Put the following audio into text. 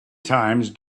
times